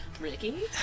Ricky